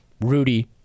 Rudy